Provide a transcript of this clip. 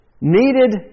needed